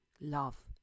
love